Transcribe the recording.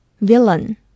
villain